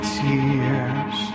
tears